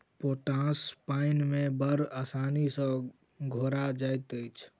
potash पाइन मे बड़ आसानी सॅ घोरा जाइत अछि